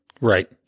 Right